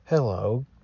Hello